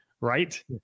Right